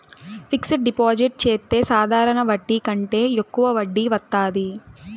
fixed deposit చెత్తే సాధారణ వడ్డీ కంటే యెక్కువ వడ్డీ వత్తాది